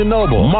Noble